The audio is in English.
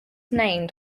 named